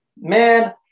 Man